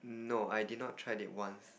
no I did not tried it once